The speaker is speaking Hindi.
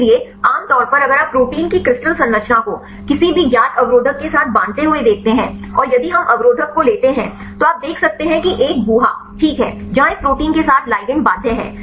इसलिए आम तौर पर अगर आप प्रोटीन की क्रिस्टल संरचना को किसी भी ज्ञात अवरोधक के साथ बांधते हुए देखते हैं और यदि हम अवरोधक को लेते हैं तो आप देख सकते हैं कि एक गुहा ठीक है जहां इस प्रोटीन के साथ लिगैंड बाध्य है